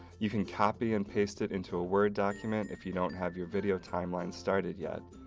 you can copy and paste it into a word document if you don't have your video timeline started yet.